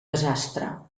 desastre